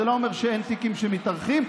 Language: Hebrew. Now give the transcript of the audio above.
זה לא אומר שאין תיקים שמתארכים,